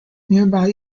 nearby